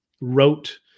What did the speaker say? wrote